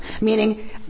Meaning